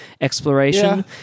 exploration